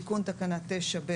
תיקון תקנה 9ב